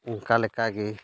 ᱚᱱᱠᱟ ᱞᱮᱠᱟᱜᱮ